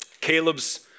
Caleb's